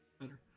better